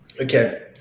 Okay